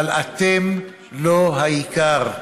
אבל אתם לא העיקר.